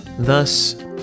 Thus